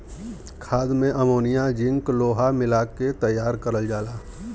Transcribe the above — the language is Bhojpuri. खाद में अमोनिया जिंक लोहा मिला के तैयार करल जाला